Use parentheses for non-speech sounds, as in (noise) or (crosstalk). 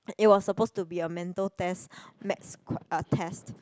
it was suppose to be a mental test maths (noise) um test